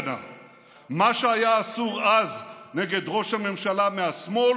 מה שהיה אסור אז נגד ראש הממשלה מהשמאל